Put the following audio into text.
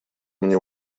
мне